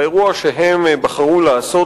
והאירוע שהם בחרו לעשות,